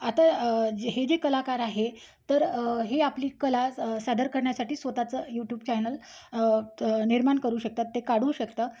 आता जे हे जे कलाकार आहे तर हे आपली कला सादर करण्यासाठी स्वतःचं यूट्यूब चॅनल निर्माण करू शकतात ते काढू शकतं